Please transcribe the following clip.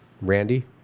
Randy